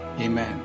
Amen